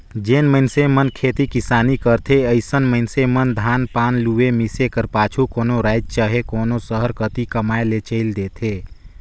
जेन मइनसे मन खेती किसानी करथे अइसन मइनसे मन धान पान लुए, मिसे कर पाछू कोनो राएज चहे कोनो सहर कती कमाए ले चइल देथे